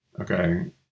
okay